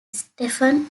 stephen